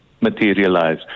materialize